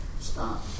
Stop